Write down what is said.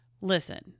Listen